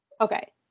okay